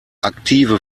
aktive